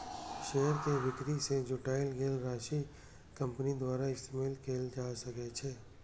share के बिक्री सं जुटायल गेल राशि कंपनी द्वारा इस्तेमाल कैल जा सकै छै